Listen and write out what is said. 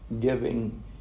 Giving